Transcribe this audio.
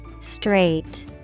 Straight